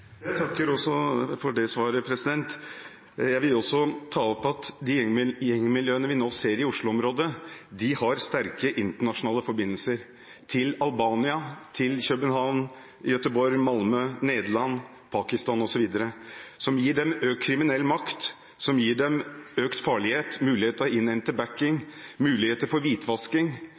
Jeg takker også for det svaret. Jeg vil også ta opp at de gjengmiljøene vi nå ser i Oslo-området, har sterke internasjonale forbindelser – til Albania, København, Gøteborg, Malmø, Nederland, Pakistan osv. – som gir dem økt kriminell makt